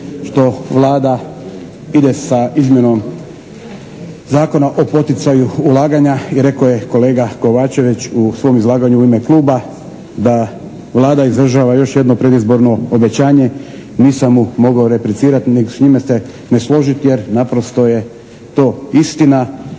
što Vlada ide sa izmjenom Zakona o poticaju ulaganja i rekao je kolega Kovačević u svom izlaganju u ime Kluba da Vlada izvršava još jedno predizborno obećanje. Nisam mu mogao replicirati ni s njime se ne složiti jer naprosto je to istina